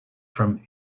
from